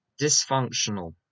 dysfunctional